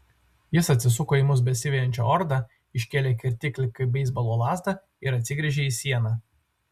jis atsisuko į mus besivejančią ordą iškėlė kirtiklį kaip beisbolo lazdą ir atsigręžė į sieną